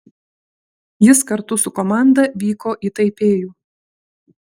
jis kartu su komanda vyko į taipėjų